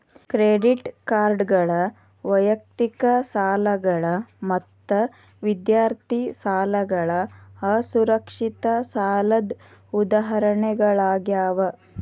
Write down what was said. credit ಕಾರ್ಡ್ಗಳ ವೈಯಕ್ತಿಕ ಸಾಲಗಳ ಮತ್ತ ವಿದ್ಯಾರ್ಥಿ ಸಾಲಗಳ ಅಸುರಕ್ಷಿತ ಸಾಲದ್ ಉದಾಹರಣಿಗಳಾಗ್ಯಾವ